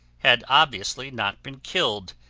had obviously not been killed.